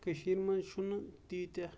کٔشیٖر منٛز چھُنہٕ تیٖتہہ